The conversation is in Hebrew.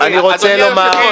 חברים.